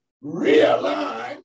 Realize